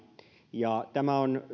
ja tämä keskustelu on